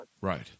Right